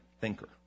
thinker